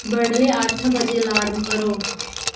बडलै अट्ठ बजे अलार्म करो